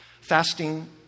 fasting